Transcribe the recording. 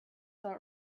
not